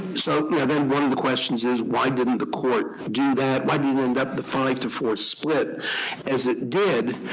so then one of the questions is, why didn't the court do that? why did it end up the five to four split as it,